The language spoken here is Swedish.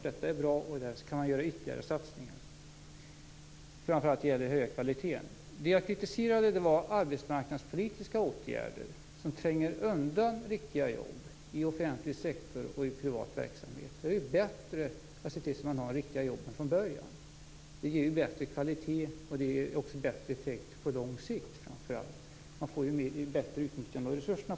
Detta är alltså bra, och ytterligare satsningar kan göras framför allt när det gäller att höja kvaliteten. Vad jag kritiserat är de arbetsmarknadspolitiska åtgärder som tränger undan riktiga jobb inom offentlig sektor och i privat verksamhet. Det är bättre att se till att man redan från början har riktiga jobb. Det ger en bättre kvalitet och det ger också bättre effekt, framför allt på lång sikt. På det viset får man ett bättre utnyttjande av resurserna.